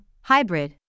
hybrid